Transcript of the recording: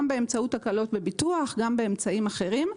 גם באמצעות הקלות בביטוח וגם באמצעים אחרים.